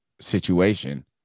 situation